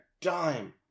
dime